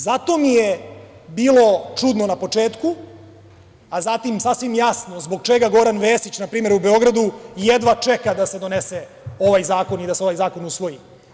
Zato mi je bilo čudno na početku, a zatim sasvim jasno zbog čega Goran Vesić, na primer u Beogradu, jedva čeka da se donese ovaj zakon i da se ovaj zakon usvoji.